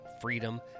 freedom